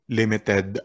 limited